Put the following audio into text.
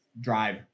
drive